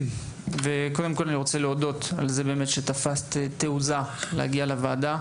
אני רוצה להודות על כך שתפסת תעוזה להגיע לוועדה.